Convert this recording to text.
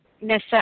Nessa